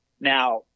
Now